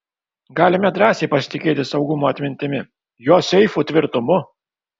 galime drąsiai pasitikėti saugumo atmintimi jo seifų tvirtumu